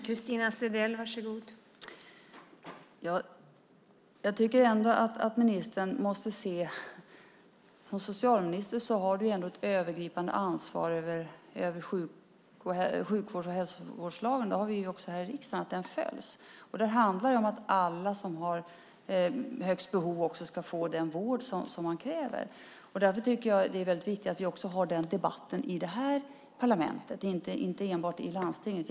Fru talman! Socialministern har ändå ett övergripande ansvar för att hälso och sjukvårdslagen följs, det har vi också här i riksdagen. Det handlar om att alla ska få den vård som krävs. Därför tycker jag att det är viktigt att vi för den debatten här i parlamentet, inte enbart i landstinget.